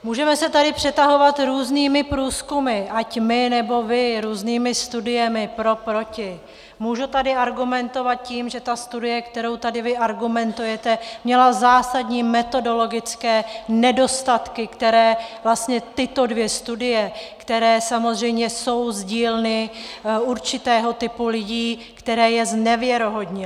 Můžeme se tady přetahovat různými průzkumy, ať my, nebo vy, různými studiemi, pro, proti, mohu tady argumentovat tím, že ta studie, kterou vy tady argumentujete, měla zásadní metodologické nedostatky, které vlastně tyto dvě studie, které samozřejmě jsou z dílny určitého typu lidí, které je znevěrohodnily.